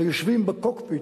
היושבים ב"קוק פיט"